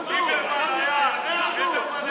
ליברמן היה שר הביטחון.